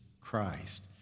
Christ